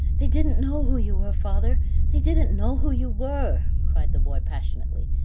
they didn't know who you were, father they didn't know who you were, cried the boy passionately,